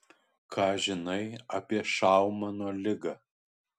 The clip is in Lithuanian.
ką žinai apie šaumano ligą